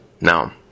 now